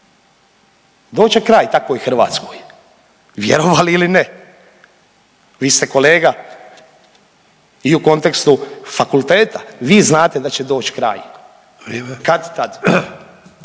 će kraj takvoj Hrvatskoj vjerovali ili ne. Vi ste kolega i u kontekstu fakulteta, vi znate da će doći kraj …